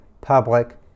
public